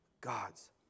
gods